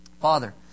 Father